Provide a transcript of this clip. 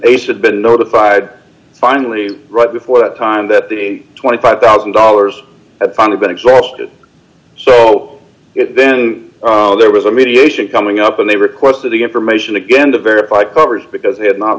had been notified finally right before the time that the twenty five one thousand dollars that finally been exhausted so then there was a mediation coming up and they requested the information again to verify coverage because they had not